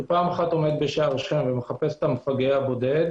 שפעם אחת עומד בשער שכם ומחפש את המפגע הבודד,